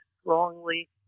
strongly